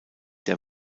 der